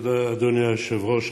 תודה, אדוני היושב-ראש.